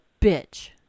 bitch